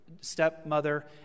stepmother